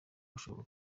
gushoboka